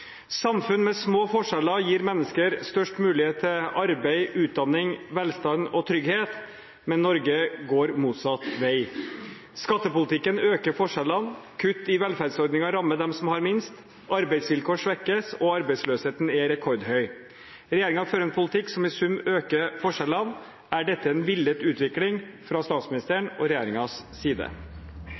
med små forskjeller gir mennesker størst mulighet til arbeid, utdanning, velstand og trygghet, men Norge går motsatt vei. Skattepolitikken øker forskjellene, kutt i velferdsordninger rammer de som har minst, arbeidsvilkår svekkes og arbeidsledigheten er rekordhøy. Regjeringen fører en politikk som i sum øker forskjellene. Er dette en villet utvikling fra statsministeren og regjeringens side?»